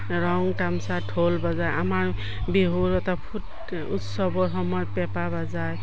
ৰং তামচা ঢোল বজায় আমাৰ বিহুৰ এটা উৎসৱৰ সময়ত পেঁপা বজায়